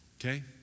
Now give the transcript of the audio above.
Okay